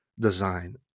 design